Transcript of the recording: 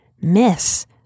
miss